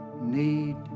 need